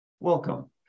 Welcome